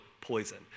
poison